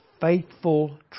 faithful